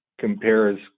compares